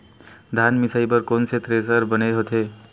धान मिंजई बर कोन से थ्रेसर बने होथे?